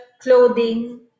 clothing